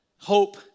Hope